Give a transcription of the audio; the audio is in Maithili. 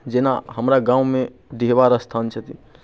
जेना हमरा गाममे डीहवार स्थान छथिन